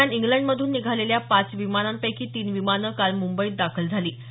दरम्यान इंग्लंडमधून निघालेल्या पाच विमानांपैकी तीन विमानं काल मुंबईत दाखल झाली